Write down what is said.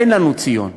אין לנו ציון.